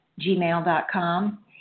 gmail.com